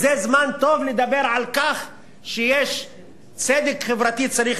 זה זמן טוב לדבר על כך שצדק חברתי צריך